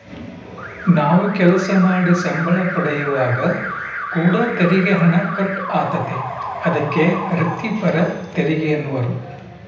ನಾವು ಕೆಲಸ ಮಾಡಿ ಸಂಬಳ ಪಡೆಯುವಾಗ ಕೂಡ ತೆರಿಗೆ ಹಣ ಕಟ್ ಆತತೆ, ಅದಕ್ಕೆ ವ್ರಿತ್ತಿಪರ ತೆರಿಗೆಯೆನ್ನುವರು